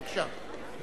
בבקשה.